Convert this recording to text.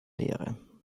leere